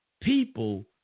people